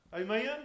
Amen